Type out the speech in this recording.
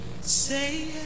say